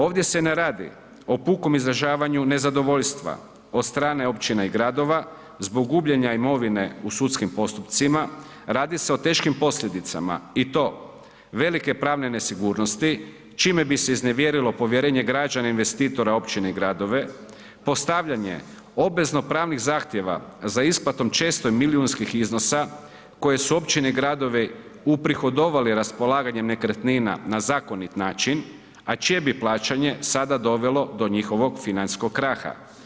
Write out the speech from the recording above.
Ovdje se ne radi o pukom izražavanju nezadovoljstva od strane općina i gradova zbog gubljenja imovine u sudskim postupcima, radi se o teškim posljedicama i to velike pravne nesigurnosti čime bi se iznevjerilo povjerenje … investitora, općine i gradove, postavljanje obvezno pravnih zahtjeva za isplatom često milijunskih iznosa koje su općine i gradovi uprihodovali raspolaganjem nekretnina na zakonit način, a čije bi plaćanje sada dovelo do njihovog financijskog kraha.